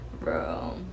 Bro